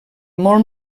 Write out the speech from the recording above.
molt